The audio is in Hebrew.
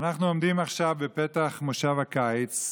אנחנו עומדים עכשיו בפתח מושב הקיץ.